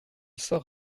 sort